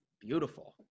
Beautiful